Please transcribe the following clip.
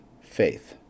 faith